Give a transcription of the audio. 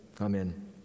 amen